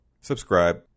subscribe